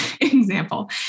example